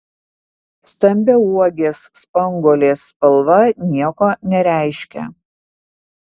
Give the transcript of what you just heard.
stambiauogės spanguolės spalva nieko nereiškia